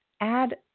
add